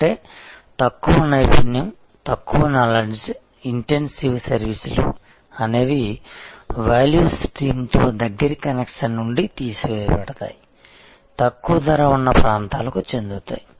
అంటే తక్కువ నైపుణ్యం తక్కువ నాలెడ్జ్ ఇంటెన్సివ్ సర్వీసులు అనేవి వాల్యూ స్ట్రీమ్తో దగ్గరి కనెక్షన్ నుండి తీసివేయబడతాయి తక్కువ ధర ఉన్న ప్రాంతాలకు చెందుతాయి